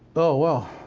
oh, wow.